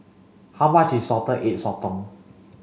how much is salted egg Sotong